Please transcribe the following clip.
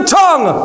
tongue